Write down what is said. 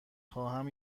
خواهم